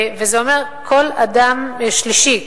וזה אומר: כל אדם שלישי,